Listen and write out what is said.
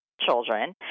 children